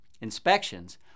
Inspections